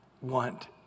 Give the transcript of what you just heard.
want